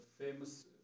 Famous